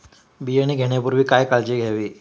बियाणे घेण्यापूर्वी काय काळजी घ्यावी?